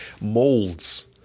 molds